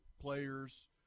Players